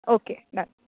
okay done